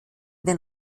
den